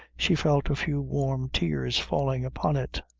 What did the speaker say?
she felt a few warm tears falling upon it.